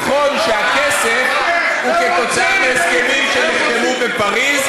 נכון שהכסף הוא כתוצאה מהסכמים שנחתמו בפריז,